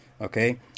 Okay